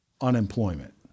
unemployment